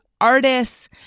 artists